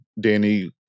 Danny